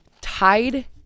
tied